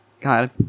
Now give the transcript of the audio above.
God